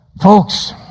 Folks